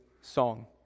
song